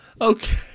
Okay